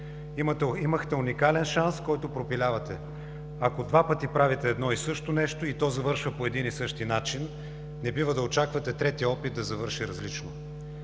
Имахте уникален шанс, който пропилявате. Ако два пъти правите едно и също нещо и то завършва по един и същи начин, не бива да очаквате третият опит да завърши различно.